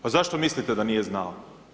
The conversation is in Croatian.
Pa zašto mislite da nije znao?